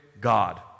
God